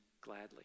gladly